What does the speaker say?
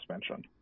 suspension